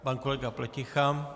Pan kolega Pleticha.